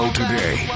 today